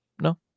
No